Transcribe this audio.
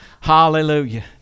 hallelujah